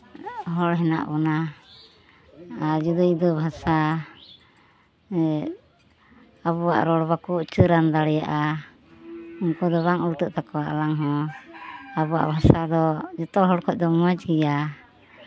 ᱦᱚᱲ ᱢᱮᱱᱟᱜ ᱵᱚᱱᱟ ᱟᱨ ᱡᱩᱫᱟᱹ ᱡᱩᱫᱟᱹ ᱵᱷᱟᱥᱟ ᱟᱵᱚᱣᱟᱜ ᱨᱚᱲ ᱵᱟᱠᱚ ᱩᱪᱪᱟᱨᱚᱱ ᱫᱟᱲᱮᱭᱟᱜᱼᱟ ᱩᱱᱠᱩ ᱫᱚ ᱵᱟᱝ ᱩᱞᱴᱟᱹᱜ ᱛᱟᱠᱚᱣᱟ ᱟᱞᱟᱝ ᱦᱚᱸ ᱟᱵᱚᱣᱟᱜ ᱵᱷᱟᱥᱟ ᱫᱚ ᱡᱚᱛᱚ ᱦᱚᱲ ᱠᱷᱚᱱ ᱫᱚ ᱢᱚᱡᱽ ᱜᱮᱭᱟ